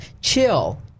chill